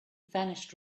vanished